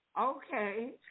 Okay